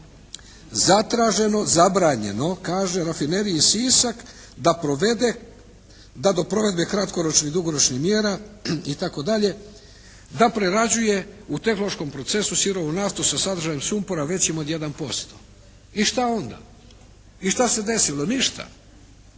zatraženo, zabranjeno kaže rafineriji Sisak da provede, da provedbe kratkoročnih i dugoročnih mjera itd. da prerađuje u tehnološkom procesu sirovu naftu sa sadržajem sumpora većim od 1%. I šta onda? I šta se desilo? Ništa.